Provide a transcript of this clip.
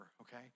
okay